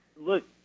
Look